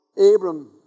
Abram